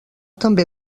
també